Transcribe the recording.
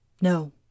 No